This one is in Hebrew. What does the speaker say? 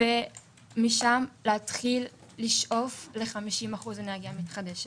ומשם להתחיל לשאוף ל-50% אנרגיה מתחדשת,